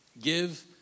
give